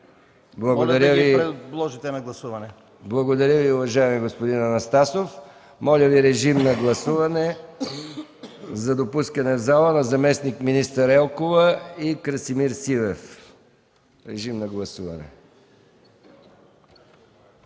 Благодаря Ви, уважаеми господин Анастасов. Моля режим на гласуване за допускане в залата на заместник-министър Елкова и Красимир Сивев. Гласували